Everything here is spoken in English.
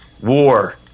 war